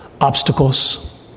obstacles